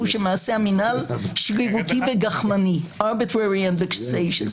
שמעשה המנהל שרירותי וגחמני arbitrary and vexatious.